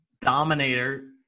dominator